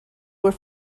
were